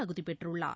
தகுதி பெற்றுள்ளார்